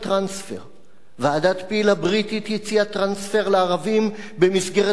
ועדת-פיל הבריטית הציעה טרנספר לערבים במסגרת תוכנית החלוקה שלה,